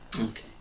Okay